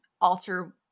alter-